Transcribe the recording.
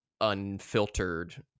unfiltered